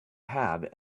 have